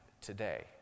today